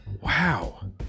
Wow